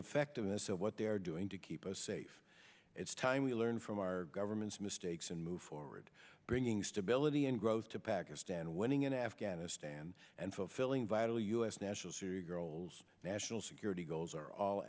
effectiveness of what they're doing to keep us safe it's time we learned from our government's mistakes and move forward bringing stability and growth to pakistan and winning in afghanistan and fulfilling vital u s national goals national security goals are all